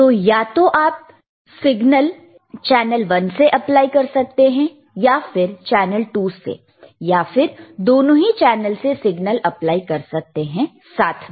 तो या तो आप सिग्नल चैनल 1 से अप्लाई कर सकते हैं या फिर चैनल 2 से या फिर आप दोनों ही चैनल से सिग्नल अप्लाई कर सकते हैं साथ में